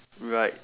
right